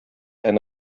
ein